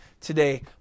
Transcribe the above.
Today